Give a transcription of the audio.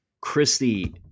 Christy